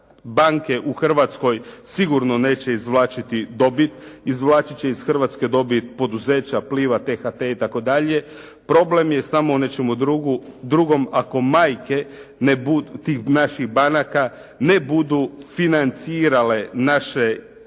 banke u Hrvatskoj sigurno neće izvlačiti dobit, izvlačiti će iz Hrvatske dobit poduzeća Pliva, T-HT i tako dalje. Problem je samo u nečemu drugom, ako majke tih naših banaka ne budu financirale naše financijske